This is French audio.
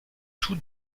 tous